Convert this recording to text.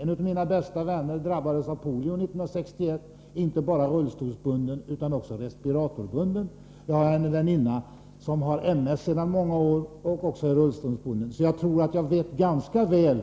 En av mina bästa vänner drabbades av polio 1961 och blev inte bara rullstolsbunden utan också respiratorsbunden. Jag har också en väninna som har MS sedan många år och är rullstolsbunden. Jag tror därför att jag ganska väl